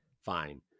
fine